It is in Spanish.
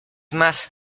más